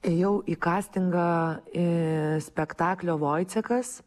ėjau į kastingą i spektaklio voicekas